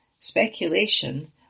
speculation